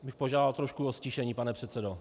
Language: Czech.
Já bych požádal trošku o ztišení, pane předsedo.